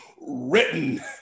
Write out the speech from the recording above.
written